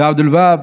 ועבד אל-והאב.